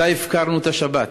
מתי הפקענו את השבת?